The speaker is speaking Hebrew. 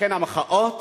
לכן המחאות.